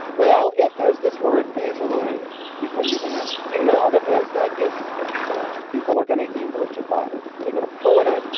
well, if there's this word is people are using that, you know, that as that gets entrenched, people are going to english ify it. they're gonna pull it in.